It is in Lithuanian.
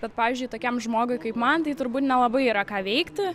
bet pavyzdžiui tokiam žmogui kaip man tai turbūt nelabai yra ką veikti